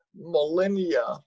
millennia